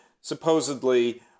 supposedly